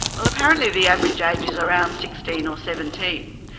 well apparently the average age is around sixteen or seventeen.